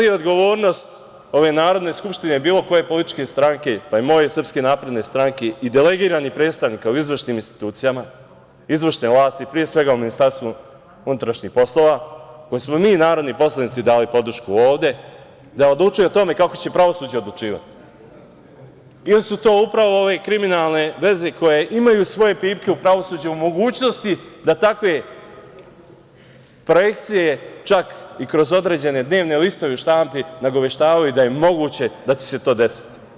Da li je odgovornost ove Narodne skupštine, bilo koje političke stranke, pa i moje SNS i delegiranih predstavnika u izvršnim institucijama, izvršne vlasti pre svega u MUP-u, kojima smo mi narodni poslanici dali podršku ovde, da odlučuju o tome kako će pravosuđe odlučivati ili su to upravo ove kriminalne veze koje imaju svoje pipke u pravosuđu u mogućnosti da takve projekcije čak i kroz određene dnevne listo u štampi nagoveštavali da je moguće da će se to desiti?